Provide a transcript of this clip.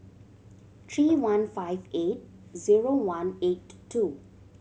three one five eight zero one eight two